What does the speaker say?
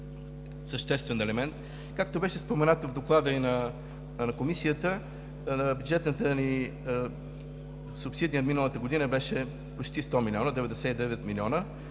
Съществен елемент, както беше споменато в Доклада и на Комисията, бюджетната субсидия, миналата година беше почти 100 милиона – 99 милиона,